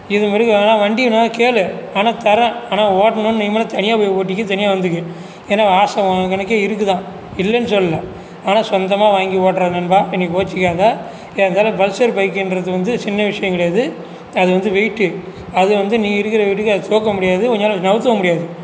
இதுமாதிரி ஆனால் வண்டி வேணா கேளு ஆனால் தரேன் ஆனால் ஓட்டணும்னா நீ மட்டும் தனியாக போய் ஓட்டிக்க தனியா வந்துக்க ஏன்னால் ஆசை உனக்கே இருக்குதான் இல்லைன்னு சொல்லலை ஆனால் சொந்தமாக வாங்கி ஓட்டுடா நண்பா நீ கோவிச்சுக்காத ஏறத்தாழ பல்சர் பைக்குங்கிறது வந்து சின்ன விஷயம் கிடையாது அது வந்து வெயிட் அது வந்து நீ இருக்கிற வெயிட்டுக்கு அதை தூக்க முடியாது உன்னால் நகத்தவும் முடியாது